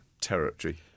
territory